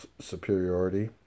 superiority